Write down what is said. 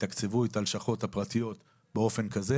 שיתקצבו את הלשכות הפרטיות באופן כזה